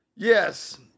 Yes